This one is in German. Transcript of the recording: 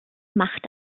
macht